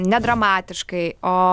ne nedramatiškai o